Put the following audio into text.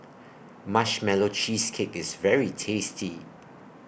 Marshmallow Cheesecake IS very tasty